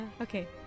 Okay